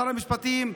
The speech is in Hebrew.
שר המשפטים,